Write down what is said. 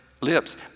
lips